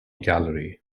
gallery